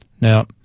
Now